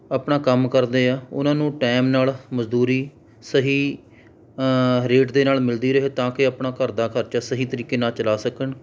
ਆਪਣਾ ਕੰਮ ਕਰਦੇ ਹੈ ਉਹਨਾਂ ਨੂੰ ਟਾਈਮ ਨਾਲ ਮਜ਼ਦੂਰੀ ਸਹੀ ਰੇਟ ਦੇ ਨਾਲ ਮਿਲਦੀ ਰਹੇ ਤਾਂ ਕਿ ਆਪਣਾ ਘਰ ਦਾ ਖਰਚਾ ਸਹੀ ਤਰੀਕੇ ਨਾਲ ਚਲਾ ਸਕਣ